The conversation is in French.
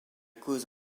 cause